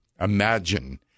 Imagine